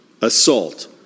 assault